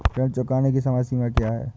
ऋण चुकाने की समय सीमा क्या है?